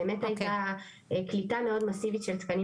באמת הייתה קליטה מאוד מאסיבית של תקנים